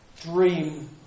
dream